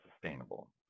sustainable